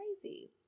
crazy